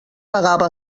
pagava